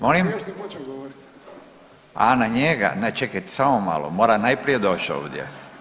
Molim? … [[Upadica se ne razumije.]] A na njega, čekajte samo malo mora najprije doći ovdje.